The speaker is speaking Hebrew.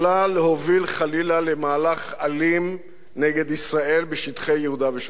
להוביל חלילה למהלך אלים נגד ישראל בשטחי יהודה ושומרון.